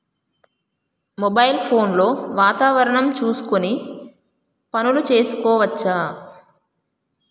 Mobile phone లో వాతావరణం చూసుకొని పనులు చేసుకోవచ్చా?